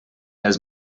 has